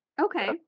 Okay